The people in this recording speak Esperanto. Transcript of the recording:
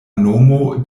nomo